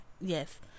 Yes